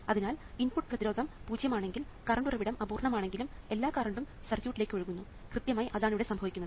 അതിനാൽ ഇൻപുട്ട് പ്രതിരോധം പൂജ്യം ആണെങ്കിൽ കറണ്ട് ഉറവിടം അപൂർണ്ണമാണെങ്കിലും എല്ലാ കറണ്ടും സർക്യൂട്ടിലേക്ക് ഒഴുകുന്നു കൃത്യമായി അതാണ് ഇവിടെ സംഭവിക്കുന്നത്